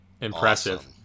impressive